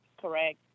correct